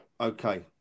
okay